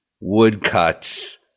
woodcuts